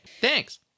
Thanks